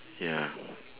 ya